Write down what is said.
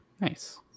nice